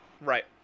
Right